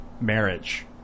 marriage